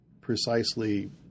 precisely